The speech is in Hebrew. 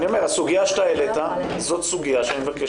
הסוגיה שאתה העלית זאת סוגיה שאני מבקש